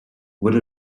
would